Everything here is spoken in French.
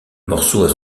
morceau